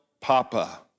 Papa